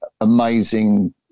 amazing